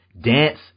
Dance